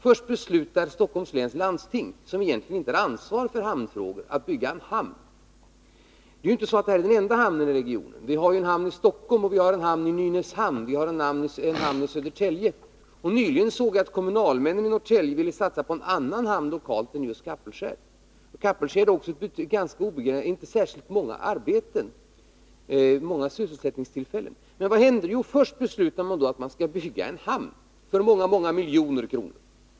Först beslutade Stockholms läns landsting, som egentligen inte har något ansvar för hamnfrågor, att bygga en hamn. Det här är ju inte den enda hamnen i regionen. Det finns en hamn i Stockholm, en i Nynäshamn och en i Södertälje. Nyligen såg jag att kommunalmännen i Norrtälje ville satsa på en annan hamn än just Kapellskär. Beträffande Kapellskär rör det sig inte heller om särskilt många sysselsättningstillfällen. Vad händer? Jo, först beslutar man sig för att bygga en hamn för miljontals kronor.